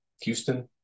Houston